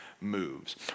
moves